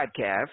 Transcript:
podcast